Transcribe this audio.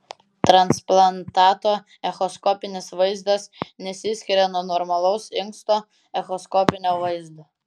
transplantato echoskopinis vaizdas nesiskiria nuo normalaus inksto echoskopinio vaizdo